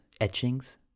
etchings